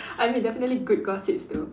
I mean definitely good gossips though